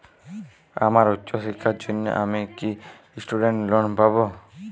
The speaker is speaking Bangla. আমার উচ্চ শিক্ষার জন্য আমি কি স্টুডেন্ট লোন পাবো